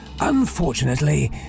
unfortunately